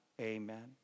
Amen